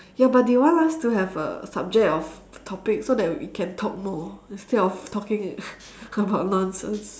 ya but they want us to have a subject of topic so that we can talk more instead of talking about nonsense